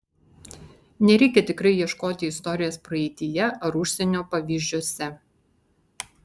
nereikia tikrai ieškoti istorijos praeityje ar užsienio pavyzdžiuose